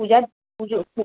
পূজার পুজো ঠিক